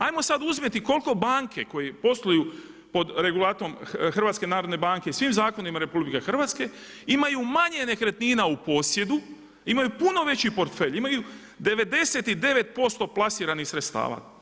Ajmo sad uzeti koliko banke koje posluju pod regulatom HNB-a i svim zakona RH, imaju manje nekretnina u posjedu, imaju puno veći portfelj, imaju 99% plasiranih sredstava.